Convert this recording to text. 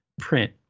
print